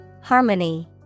Harmony